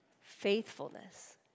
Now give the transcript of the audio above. faithfulness